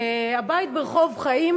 הבית ברחוב חיים